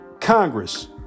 Congress